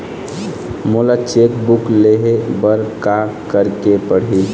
मोला cheque book लेहे बर का केरेक पढ़ही?